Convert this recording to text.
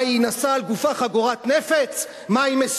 מה, היא נשאה על גופה חגורת נפץ?